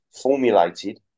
formulated